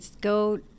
go